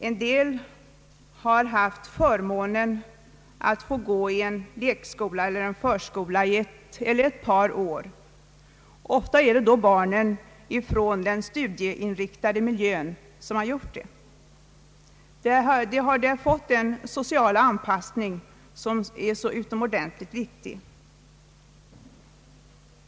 En del har haft förmånen att få gå i en lekskola eller i en förskola under ett eller ett par år. Ofta är det barnen från den studieinriktade miljön som har gjort det. Där har de fått den sociala anpassning som är så utomordentligt viktig.